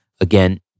Again